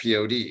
POD